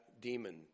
demon